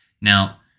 Now